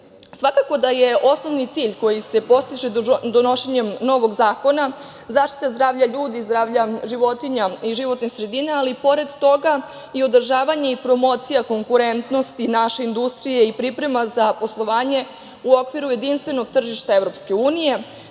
ne. Svakako da je osnovni cilj koji se postiže donošenjem novog zakona zaštita zdravlja ljudi, zdravlja životinja i životne sredine, ali i pored toga i održavanje i promocija konkurentnosti naše industrije i priprema za poslovanje u okviru jedinstvenog tržišta EU nakon